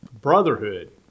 Brotherhood